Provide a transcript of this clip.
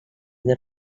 that